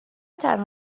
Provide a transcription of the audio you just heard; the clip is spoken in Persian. تنها